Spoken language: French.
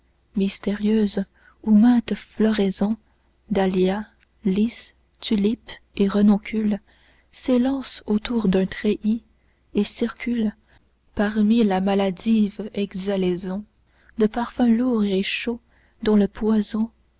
mystérieuse où mainte floraison dahlia lys tulipe et renoncule-s'élance autour d'un treillis et circule parmi la maladive exhalaison de parfums lourds et chauds dont le poison